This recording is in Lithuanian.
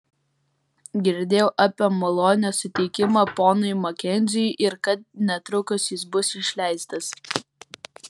girdėjau apie malonės suteikimą ponui makenziui ir kad netrukus jis bus išleistas